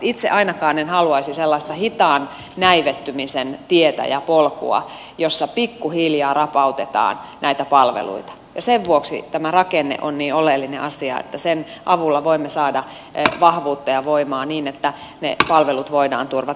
itse ainakaan en haluaisi sellaista hitaan näivettymisen tietä ja polkua joissa pikku hiljaa rapautetaan näitä palveluita ja sen vuoksi tämä rakenne on niin oleellinen asia että sen avulla voimme saada vahvuutta ja voimaa niin että ne palvelut voidaan turvata